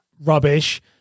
rubbish